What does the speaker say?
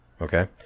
okay